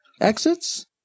exits